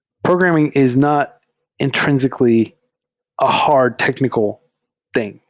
programm ing is not intrinsically a hard technical thing.